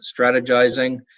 strategizing